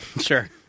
Sure